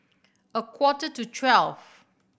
a quarter to twelve